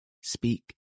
Speak